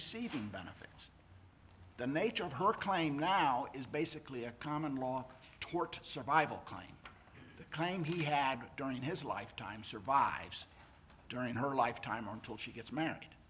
receiving benefits the nature of her claim now is basically a common law tort survival kind the kind he had during his lifetime survives during her lifetime or until she gets married